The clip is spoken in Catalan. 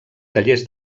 tallers